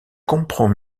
comprends